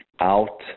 out